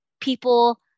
people